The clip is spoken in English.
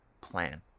plan